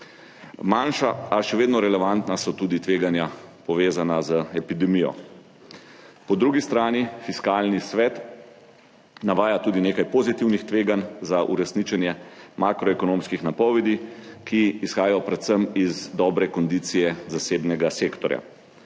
Manjša, a še vedno relevantna so tudi tveganja, povezana z epidemijo. Po drugi strani Fiskalni svet navaja tudi nekaj pozitivnih tveganj za uresničenje makroekonomskih napovedi, ki izhajajo predvsem iz dobre kondicije zasebnega sektorja.